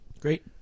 Great